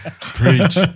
Preach